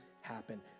happen